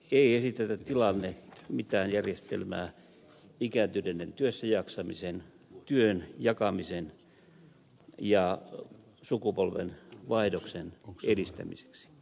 ei esitetä tilalle mitään järjestelmää ikääntyneiden työssäjaksamisen työn jakamisen ja sukupolvenvaihdoksen edistämiseksi